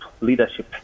leadership